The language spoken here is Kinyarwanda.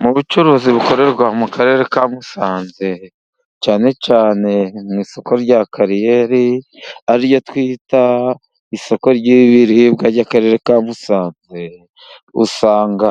Mu bucuruzi bukorerwa mu karere ka Musanze cyane cyane mu isoko rya Kariyeri ari ryo twita isoko ry'ibiribwa, ry'Akarere ka Musanze, usanga